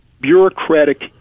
bureaucratic